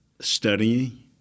Studying